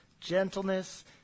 gentleness